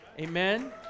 Amen